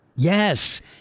Yes